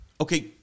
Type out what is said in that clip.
Okay